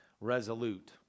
resolute